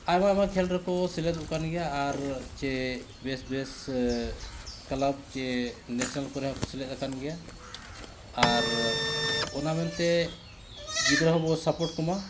ᱟᱭᱢᱟ ᱟᱭᱢᱟ ᱠᱷᱮᱞ ᱨᱮᱠᱚ ᱥᱮᱞᱮᱫᱚᱜ ᱠᱟᱱ ᱜᱮᱭᱟ ᱟᱨ ᱪᱮ ᱵᱮᱥ ᱵᱮᱥ ᱠᱞᱟᱵᱽ ᱪᱮ ᱱᱮᱥᱱᱮᱞ ᱠᱚᱨᱮ ᱦᱚᱸᱠᱚ ᱥᱮᱞᱮᱫ ᱟᱠᱟᱱ ᱜᱮᱭᱟ ᱟᱨ ᱚᱱᱟ ᱢᱮᱱᱛᱮ ᱜᱤᱫᱽᱨᱟᱹ ᱦᱚᱸᱵᱚ ᱥᱟᱯᱚᱨᱴ ᱠᱚᱢᱟ